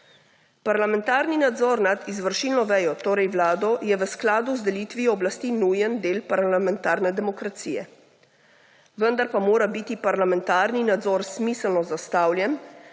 Parlamentarni nadzor nad izvršilno vejo, torej vlado, je v skladu z delitvijo oblasti nujen del parlamentarne demokracije. Vendar pa mora biti parlamentarni nadzor smiselno zastavljen,